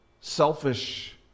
selfish